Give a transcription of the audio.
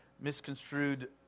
misconstrued